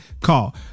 call